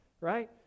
right